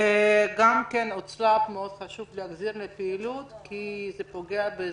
גם את ההוצאה לפועל חשוב מאוד להחזיר לפעילות כי זה פוגע באזרחים.